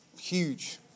huge